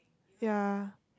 ya